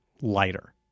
lighter